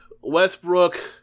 Westbrook